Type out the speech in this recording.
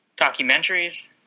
documentaries